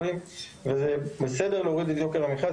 וזה בסדר להוריד את יוקר המחיה.